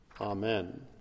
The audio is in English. Amen